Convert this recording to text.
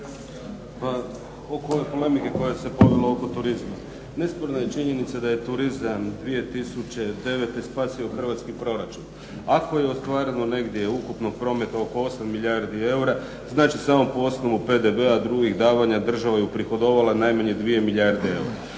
Pa oko ove polemike koja se povela oko turizma. Nesporna je činjenica da je turizam 2009. spasio hrvatski proračun. Ako je ostvareno negdje ukupnog prometa oko 8 milijardi eura da će se on po osnovu PDV-a, drugih davanja država je uprihodovala najmanje 2 milijarde eura.